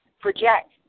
project